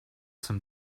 some